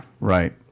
Right